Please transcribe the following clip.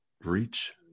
reach